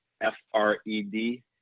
F-R-E-D